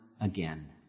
again